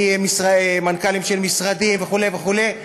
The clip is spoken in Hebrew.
מנכ"לים של משרדים וכו' וכו',